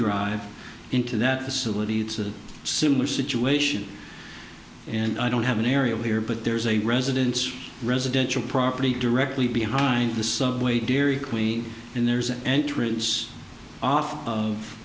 drive into that passivity it's a similar situation and i don't have an aerial here but there's a residence residential property directly behind the subway dairy queen and there's an entrance off